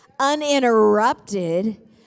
uninterrupted